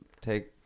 take